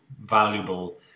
valuable